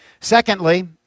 Secondly